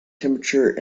temperature